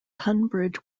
tunbridge